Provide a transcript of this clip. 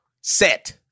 set